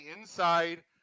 inside